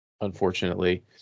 unfortunately